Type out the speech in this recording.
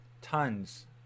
tons